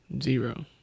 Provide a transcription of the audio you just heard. Zero